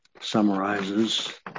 summarizes